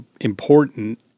important